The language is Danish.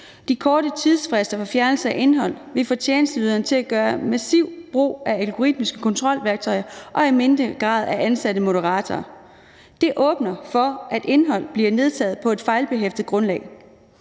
De korte tidsfrister for fjernelse af indhold vil få tjenesteyderne til at gøre massive brug af algoritmiske kontrolværktøjer og i mindre grad af ansatte moderatorer. Det åbner for, at indholdet bliver nedtaget på et fejlbehæftet grundlag.